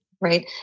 Right